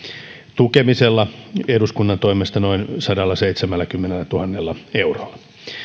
tukemisella eduskunnan toimesta noin sadallaseitsemälläkymmenellätuhannella eurolla